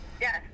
Yes